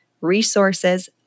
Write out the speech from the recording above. resources